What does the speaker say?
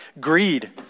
Greed